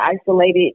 isolated